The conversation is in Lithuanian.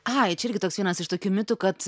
ai čia irgi toks vienas iš tokių mitų kad